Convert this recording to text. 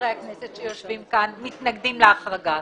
חברי הכנסת שיושבים פה מתנגדים להחרגה.